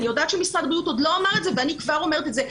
אני יודעת שמשרד הבריאות עוד לא אמר את זה ואני כבר אומרת את זה,